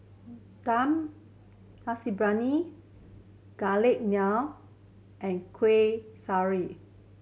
Dum Briyani Garlic Naan and Kueh Syara